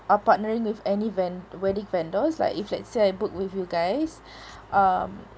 are partnering with any ven~ wedding vendors like if let's say I book with you guys um